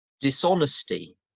Dishonesty